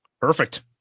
Perfect